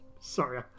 sorry